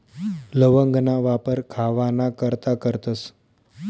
लवंगना वापर खावाना करता करतस